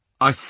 I